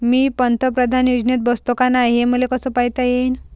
मी पंतप्रधान योजनेत बसतो का नाय, हे कस पायता येईन?